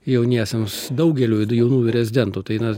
jauniesiems daugeliui jaunųjų rezidentų tai na